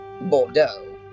Bordeaux